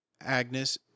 Agnes